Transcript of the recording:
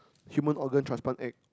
human organ transplant act